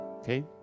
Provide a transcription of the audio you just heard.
Okay